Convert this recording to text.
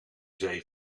zee